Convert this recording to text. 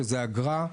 שזה אגרה.